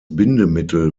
bindemittel